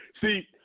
See